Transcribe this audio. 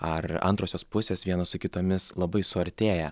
ar antrosios pusės viena su kitomis labai suartėja